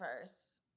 first